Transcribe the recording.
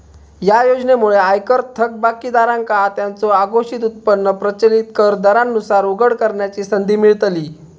या योजनेमुळे आयकर थकबाकीदारांका त्यांचो अघोषित उत्पन्न प्रचलित कर दरांनुसार उघड करण्याची संधी मिळतली